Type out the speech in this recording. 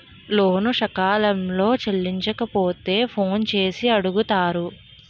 లోను సకాలంలో చెల్లించకపోతే ఫోన్ చేసి అడుగుతారు